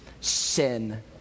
sin